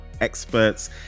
experts